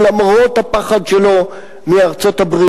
למרות הפחד שלו מארצות-הברית,